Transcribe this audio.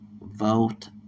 vote